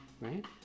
right